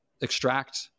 extract